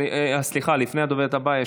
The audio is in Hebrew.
לפני הדוברת הבאה,